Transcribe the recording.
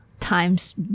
times